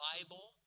Bible